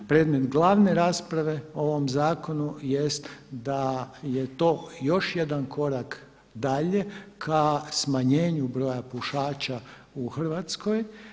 Predmet glavne rasprave o ovom zakonu jest da je to još jedan korak dalje k smanjenju broja pušača u Hrvatskoj.